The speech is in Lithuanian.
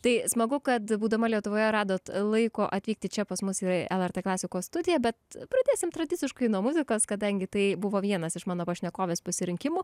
tai smagu kad būdama lietuvoje radot laiko atvykti čia pas mus į lrt klasikos studija bet pradėsim tradiciškai nuo muzikos kadangi tai buvo vienas iš mano pašnekovės pasirinkimų